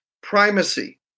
primacy